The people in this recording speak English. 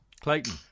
Clayton